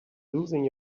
losing